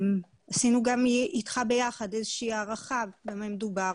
עשינו גם איתך ביחד איזה שהיא הערכה במה מדובר